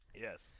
Yes